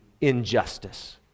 injustice